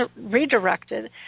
redirected